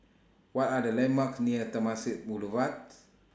What Are The landmarks near Temasek Boulevard's